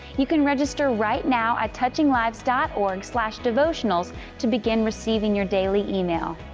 you can register right now at touchinglives dot org slash devotionals to begin receiving your daily email.